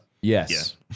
Yes